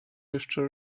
jeszcze